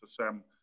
Sam